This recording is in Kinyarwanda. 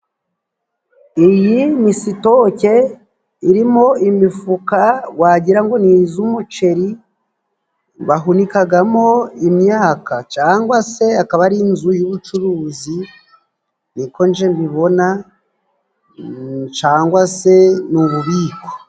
Iyi ni sitoke irimo imifuka wagira ngo ni iz'umuceri, bahunikamo imyaka cyangwa se akaba ari inzu y'ubucuruzi, ni ko njye mbibona, cyangwa se ni ububiko.